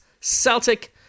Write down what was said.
Celtic